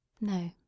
No